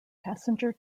passenger